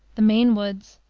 the maine woods.